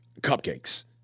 cupcakes